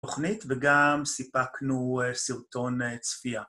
תוכנית וגם סיפקנו סרטון צפייה.